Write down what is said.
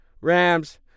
Rams